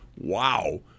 wow